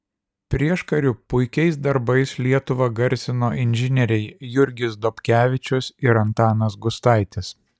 prieškariu puikiais darbais lietuvą garsino inžinieriai jurgis dobkevičius ir antanas gustaitis